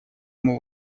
ему